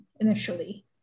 initially